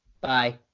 bye